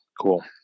cool